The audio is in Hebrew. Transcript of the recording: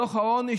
דוח העוני,